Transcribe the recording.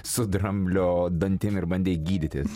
su dramblio dantim ir bandei gydytis